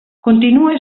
continua